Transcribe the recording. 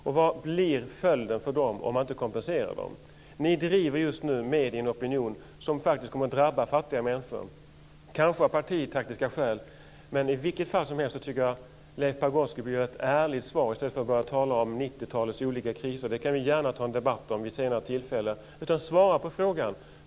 Och vad blir följden för dem om man inte kompenserar dem? Ni drivs just nu med i en opinion som faktiskt kommer att drabba fattiga människor. Ni gör det kanske av partitaktiska skäl, men i vilket fall som helst tycker jag att Leif Pagrotsky bör ge ett ärligt svar i stället för att tala om 90-talets olika kriser. Det kan vi gärna ta en debatt om vid ett senare tillfälle. Svara på frågan!